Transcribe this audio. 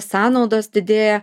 sąnaudos didėja